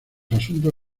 asuntos